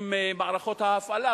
עם מערכות ההפעלה,